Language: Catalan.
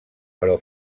però